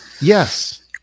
yes